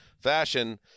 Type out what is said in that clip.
fashion